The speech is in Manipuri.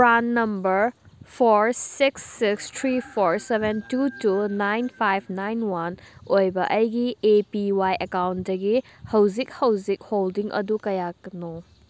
PRAN number four six six three four seven two two nine five nine one ꯑꯣꯏꯕ ꯑꯩꯒꯤ ꯑꯦ ꯄꯤ ꯋꯥꯏ ꯑꯦꯀꯥꯎꯟꯇꯒꯤ ꯍꯧꯖꯤꯛ ꯍꯧꯖꯤꯛ ꯍꯣꯜꯗꯤꯡ ꯑꯗꯨ ꯀꯌꯥꯅꯣ